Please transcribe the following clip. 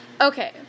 Okay